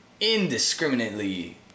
indiscriminately